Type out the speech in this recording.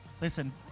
Listen